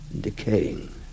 decaying